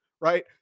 right